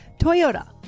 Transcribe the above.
Toyota